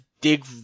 dig